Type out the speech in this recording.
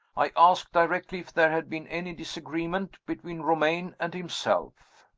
i asked directly if there had been any disagreement between romayne and himself.